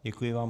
Děkuji vám.